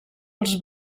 els